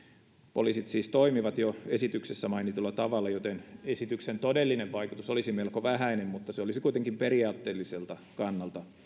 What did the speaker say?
poliisit siis toimivat jo esityksessä mainitulla tavalla joten esityksen todellinen vaikutus olisi melko vähäinen mutta se olisi kuitenkin periaatteelliselta kannalta